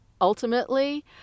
ultimately